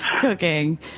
cooking